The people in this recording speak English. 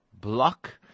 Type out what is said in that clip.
block